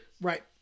Right